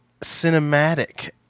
cinematic